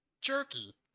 Jerky